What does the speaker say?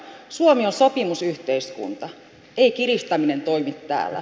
suomi on sopimusyhteiskunta ei kiristäminen toimi täällä